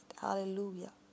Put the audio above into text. hallelujah